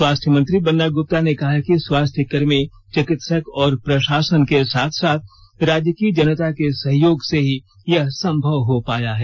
स्वास्थ्य मंत्री बन्ना गुप्ता ने कहा है कि स्वास्थ्यकर्मी चिकित्सक और प्रशासन के साथ साथ राज्य की जनता के सहयोग से ही यह संभव हो पाया है